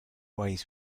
ways